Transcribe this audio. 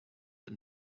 een